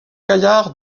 gaillard